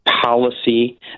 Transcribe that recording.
policy